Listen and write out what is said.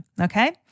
okay